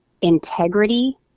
integrity